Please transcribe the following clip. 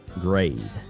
grade